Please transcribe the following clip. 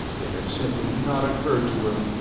it had simply not occurred to her,